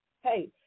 hey